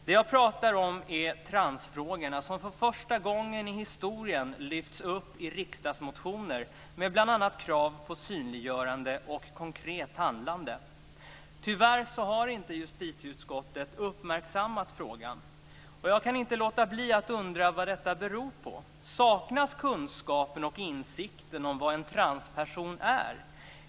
Det jag pratar om är transfrågorna, som för första gången i historien lyfts upp i riksdagsmotioner med bl.a. krav på synliggörande och konkret handlande. Tyvärr har inte justitieutskottet uppmärksammat frågan, och jag kan inte låta bli att undra vad detta beror på. Saknas kunskapen och insikten om vad en transperson är?